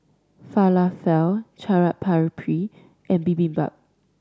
Falafel Chaat Papri and Bibimbap